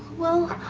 well,